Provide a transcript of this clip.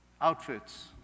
outfits